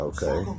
Okay